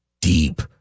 deep